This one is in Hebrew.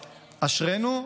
אשרינו,